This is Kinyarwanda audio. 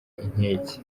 inkeke